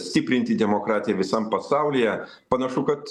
stiprinti demokratiją visam pasaulyje panašu kad